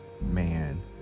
man